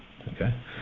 Okay